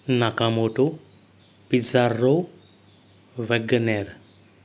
नाका मोटो पिज्जारो वेगनेर